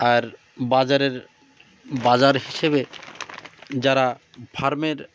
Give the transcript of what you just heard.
আর বাজারের বাজার হিসেবে যারা ফার্মের